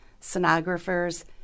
sonographers